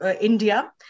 India